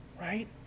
Right